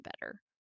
better